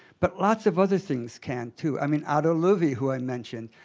but lots of other things can too. i mean, otto leowi who i mentioned,